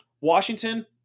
Washington